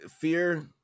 fear